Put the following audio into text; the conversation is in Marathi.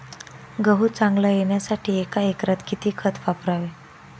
गहू चांगला येण्यासाठी एका एकरात किती खत वापरावे?